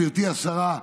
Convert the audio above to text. גברתי השרה,